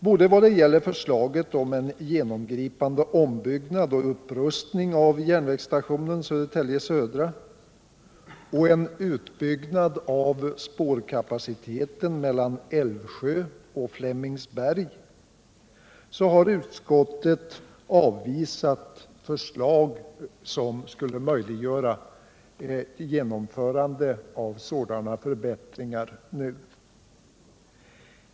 Både förslaget om en genomgripande ombyggnad och upprustning av järnvägsstationen Södertälje Södra och förslaget om en utbyggnad av spårkapaciteten mellan Älvsjö och Flemingsberg, som skulle möjliggöra genomförandet av sådana förbättringar nu, har utskottet avvisat.